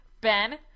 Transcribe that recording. Ben